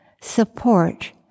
support